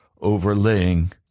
overlaying